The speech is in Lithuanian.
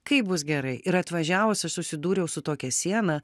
kaip bus gerai ir atvažiavus aš susidūriau su tokia siena